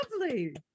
lovely